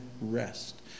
rest